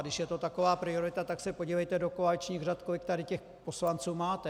Když je to taková priorita, tak se podívejte do koaličních řad, kolik tady těch poslanců máte.